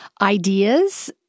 ideas